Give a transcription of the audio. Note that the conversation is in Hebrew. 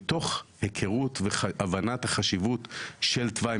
מתוך היכרות והבנת החשיבות של תוואי